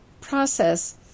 process